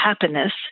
Happiness